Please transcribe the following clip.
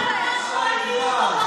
ששואלים פה ברחוב,